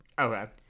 Okay